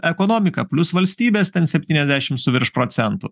ekonomika plius valstybės ten septyniasdešim su virš procentų